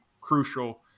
crucial